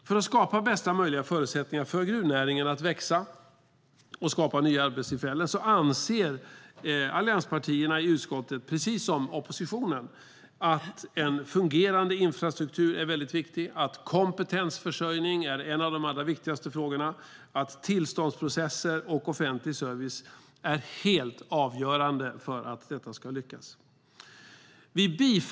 För att skapa bästa möjliga förutsättningar för gruvnäringen att växa och skapa nya arbetstillfällen anser allianspartierna i utskottet, precis som oppositionen, att en fungerande infrastruktur är mycket viktig, att kompetensförsörjning är en av de allra viktigaste frågorna och att tillståndsprocesser och offentlig service är helt avgörande för att detta ska lyckas.